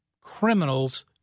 criminals